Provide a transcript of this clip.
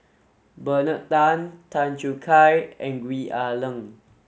Bernard Tan Tan Choo Kai and Gwee Ah Leng